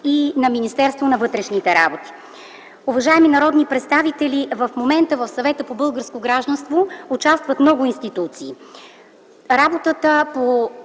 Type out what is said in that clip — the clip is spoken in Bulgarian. и Министерството на вътрешните работи. Уважаеми народни представители, в момента в Съвета по българско гражданство участват много институции.